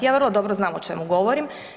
Ja vrlo dobro znam o čemu govorim.